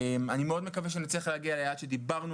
אני מאוד מקווה שנצליח להגיע ליעד שדיברנו